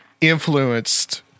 influenced